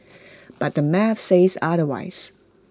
but the math says otherwise